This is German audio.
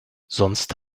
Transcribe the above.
sonst